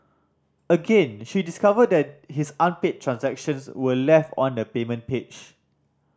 again she discovered that his unpaid transactions were left on the payment page